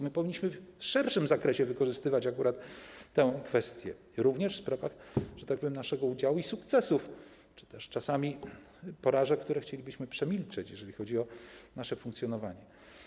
My powinniśmy w szerszym zakresie wykorzystywać akurat tę kwestię, również w sprawach, że tak powiem, naszego udziału i sukcesów, czy też czasami porażek, które chcielibyśmy przemilczeć, jeżeli chodzi o nasze funkcjonowanie.